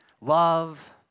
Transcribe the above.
love